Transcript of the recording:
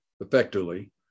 effectively